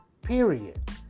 Period